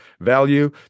value